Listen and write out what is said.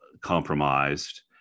compromised